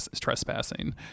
trespassing